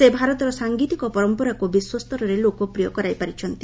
ସେ ଭାରତର ସାଂଗିତିକ ପରମ୍ପରାକୁ ବିଶ୍ୱସ୍ତରେ ଲୋକପ୍ରିୟ କରାଇ ପାରିଛନ୍ତି